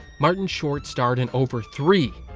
martin short starred in over three,